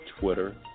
Twitter